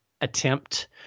attempt